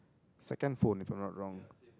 second phone if I'm not wrong